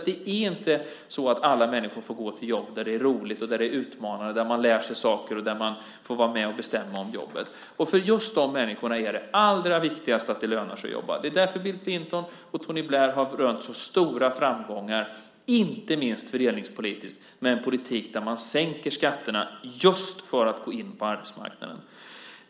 Det är inte så att alla människor får gå till jobb där det är roligt, där det är utmanande, där man lär sig saker och där man får vara med och bestämma om jobbet. För just de här människorna är det allra viktigast att det lönar sig att jobba. Det är därför Bill Clinton och Tony Blair har rönt så stora framgångar, inte minst fördelningspolitiskt, med en politik där man sänker skatterna just för att gå in på arbetsmarknaden.